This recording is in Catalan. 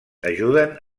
ajuden